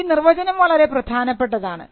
ഈ നിർവചനം വളരെ പ്രധാനപ്പെട്ടതാണ്